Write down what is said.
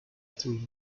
through